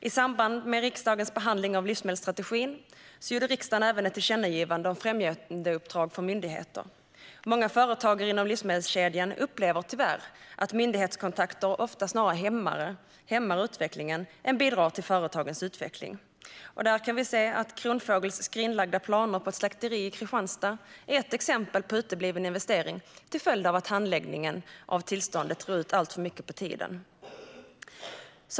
I samband med riksdagens behandling av livsmedelsstrategin gjorde riksdagen även ett tillkännagivande om främjandeuppdrag för myndigheter. Många företagare inom livsmedelskedjan upplever tyvärr att myndighetskontakter ofta snarare hämmar än bidrar till företagens utveckling. Kronfågels skrinlagda planer på ett slakteri i Kristianstad är ett exempel på utebliven investering till följd av att handläggningen av tillståndet drog ut alltför mycket på tiden.